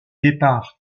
départ